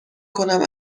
کنم